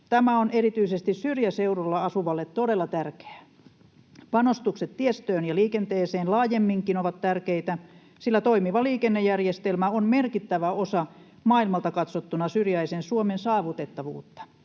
Tämä on erityisesti syrjäseudulla asuvalle todella tärkeää. Panostukset tiestöön ja liikenteeseen laajemminkin ovat tärkeitä, sillä toimiva liikennejärjestelmä on merkittävä osa maailmalta katsottuna syrjäisen Suomen saavutettavuutta.